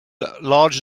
large